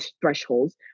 thresholds